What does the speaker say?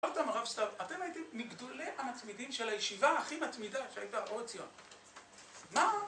אתם הרב סתיו, אתם הייתם מגדולי המתמידים של הישיבה הכי מתמידה שהייתה אור עציון... מה?